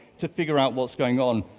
to figure out what's going on.